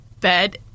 Bed